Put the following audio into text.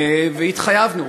והתחייבנו,